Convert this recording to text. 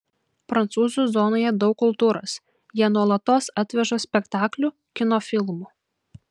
prancūzų zonoje daug kultūros jie nuolatos atveža spektaklių kino filmų